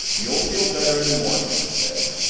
you'll feel better in the morning, he said.